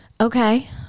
Okay